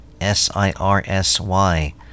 S-I-R-S-Y